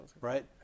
right